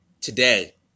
Today